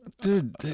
Dude